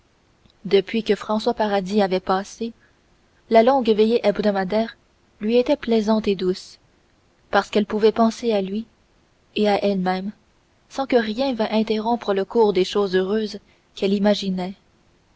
depuis que françois paradis avait passé la longue veille hebdomadaire lui était plaisante et douce parce qu'elle pouvait penser à lui et à elle-même sans que rien vînt interrompre le cours des choses heureuses qu'elle imaginait